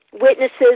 witnesses